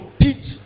teach